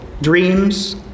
dreams